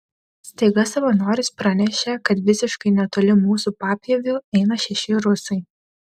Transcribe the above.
staiga savanoris pranešė kad visiškai netoli mūsų papieviu eina šeši rusai